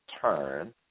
turn